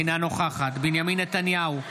אינה נוכחת בנימין נתניהו,